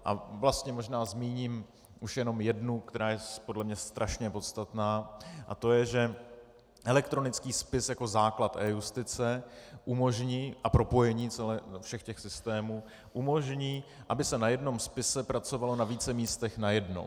A vlastně možná zmíním už jenom jednu, která je podle mě strašně podstatná, a to je, že elektronický spis jako základ eJustice a propojení všech systémů umožní, aby se na jednom spise pracovalo na více místech najednou.